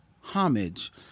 homage